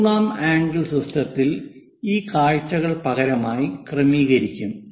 മൂന്നാം ആംഗിൾ സിസ്റ്റത്തിൽ ഈ കാഴ്ചകൾ പകരമായി ക്രമീകരിക്കും